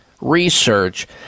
research